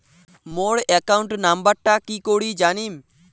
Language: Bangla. মোর একাউন্ট নাম্বারটা কি করি জানিম?